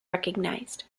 recognised